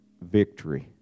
victory